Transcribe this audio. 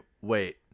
wait